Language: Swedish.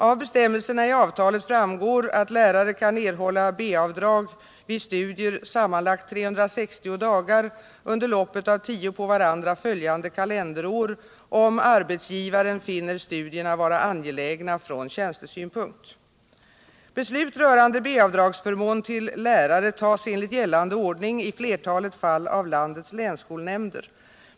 Av bestämmelserna i avtalet framgår att lärare kan erhålla B-avdrag vid studier sammanlagt 360 dagar under loppet av tio på varandra följande kalenderår, om arbetsgivaren finner studierna vara angelägna från tjänstesynpunkt. Beslut rörande B-avdragsförmån till lärare tas enligt gällande ordning i flertalet fall av landets länsskolnämnder.